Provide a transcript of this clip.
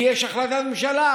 כי יש החלטת ממשלה,